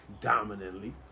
dominantly